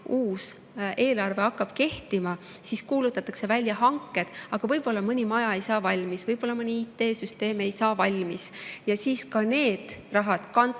eelarve kehtima, siis kuulutatakse välja hanked, aga võib-olla mõni maja ei saa valmis, võib-olla mõni IT-süsteem ei saa valmis, ja siis ka see raha kantakse